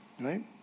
Right